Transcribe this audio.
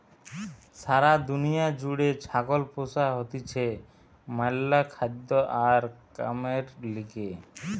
সারা দুনিয়া জুড়ে ছাগল পোষা হতিছে ম্যালা খাদ্য আর কামের লিগে